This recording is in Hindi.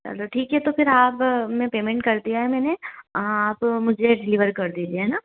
चलो ठीक है तो फिर आप मैं पेमेंट दिया है मैंने आप मुझे डिलीवर कर दीजिए है न